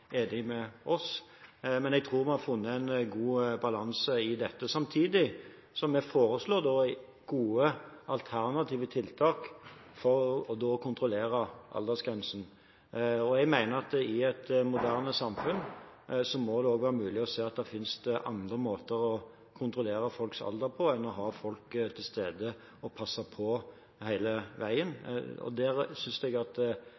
med oss. Jeg tror vi har funnet en god balanse i dette, samtidig som vi foreslår gode, alternative tiltak for å kontrollere aldersgrensen. Jeg mener at i et moderne samfunn må det være mulig å se om det finnes andre måter å kontrollere folks alder på enn å ha folk til stede som skal passe på. Jeg synes representanten Lysbakken hadde et veldig godt innlegg, der han trakk fram at